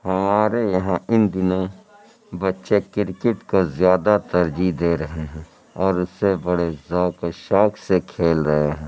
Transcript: ہمارے یہاں ان دنوں بچے کرکٹ کو زیادہ ترجیح دے رہے ہیں اور اس سے بڑے ذوق و شوق سے کھیل رہے ہیں